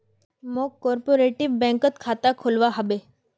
मौक कॉपरेटिव बैंकत खाता खोलवा हबे